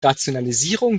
rationalisierung